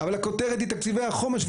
אבל הכותרת היא תקציבי החומש,